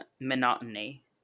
monotony